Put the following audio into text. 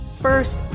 First